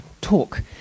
talk